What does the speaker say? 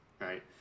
right